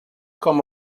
com